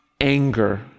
anger